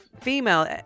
female